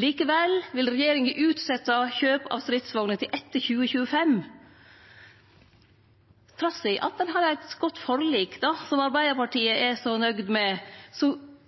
Likevel vil regjeringa utsetje kjøp av stridsvogner til etter 2025. Trass i at ein har eit godt forlik, som Arbeidarpartiet er så nøgd med,